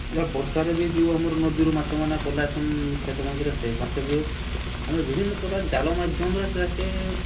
ୟା ବର୍ଷାରେ ବି ଯୋଉ ଆମର ନଦୀରୁ ମାଛମାନେ ପଲେଇ ଆଏସନ୍ କ୍ଷେତମାନଙ୍କରେ ସେ ମାଛ ବି ହେଉ ଆମେ ବିଭିନ୍ନପ୍ରକାର ଜାଲ ମାଧ୍ୟମ୍ରେ ସେଟାକେ